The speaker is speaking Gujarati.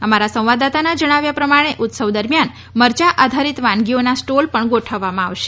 અમારા સંવાદદાતાના જણાવ્યા પ્રમાણે ઉત્સવ દરમિયાન મરચા આધારીત વાનગીઓના સ્ટોલ પણ ગોઠવવામાં આવશે